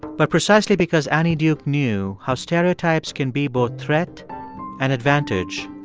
but precisely because annie duke knew how stereotypes can be both threat and advantage,